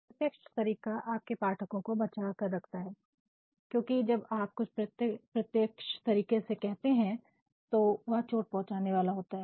अप्रत्यक्ष तरीका आपके पाठकों को बचा रखता है क्योंकि जब आप कुछ प्रत्यक्ष तरीके से कहते हैं तो वह चोट पहुंचाने वाला होता है